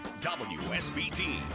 WSBT